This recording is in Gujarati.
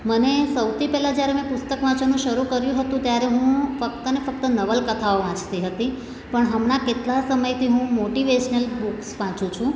મને સૌથી પહેલાં જ્યારે મેં પુસ્તક વાંચવાનું શરૂં કર્યું હતું ત્યારે હું ફક્ત ને ફક્ત નવલકથાઓ વાંચતી હતી પણ હમણાં કેટલા સમયથી હું મોટીવેશનલ બુક્સ વાંચુ છું